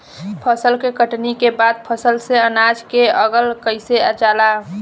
फसल के कटनी के बाद फसल से अनाज के अलग कईल जाला